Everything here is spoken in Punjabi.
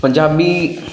ਪੰਜਾਬੀ